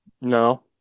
No